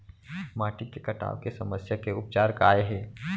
माटी के कटाव के समस्या के उपचार काय हे?